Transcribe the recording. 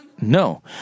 No